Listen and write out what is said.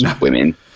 women